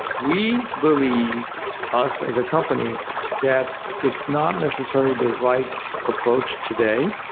we believe us as a company that it's not necessarily the right approach today,